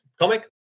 comic